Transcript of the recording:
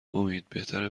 امید، بهتره